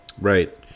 Right